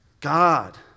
God